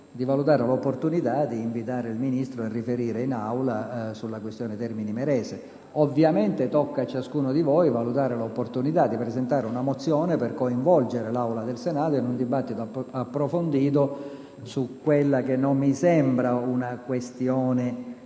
di valutare l'opportunità di invitare il Ministro a riferire in Aula sulla questione di Termini Imerese. Ovviamente, tocca a ciascuno di voi valutare l'opportunità di presentare una mozione per coinvolgere l'Aula del Senato in un dibattito approfondito su quella che non mi sembra una questione